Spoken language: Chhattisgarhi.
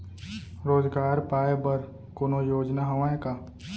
रोजगार पाए बर कोनो योजना हवय का?